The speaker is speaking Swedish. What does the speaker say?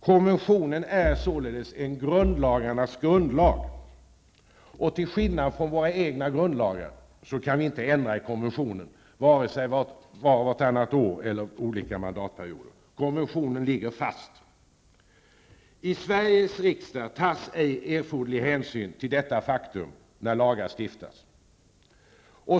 Konventionen är således en grundlagarnas grundlag. Till skillnad från vad som gäller för våra egna grundlagar kan vi inte ändra konventionen, vare sig vart och vartannat år eller var och varannan mandatperiod. Konventionen ligger fast. I Sveriges riksdag tas ej erforderlig hänsyn till detta faktum när lagar stiftas.